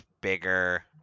bigger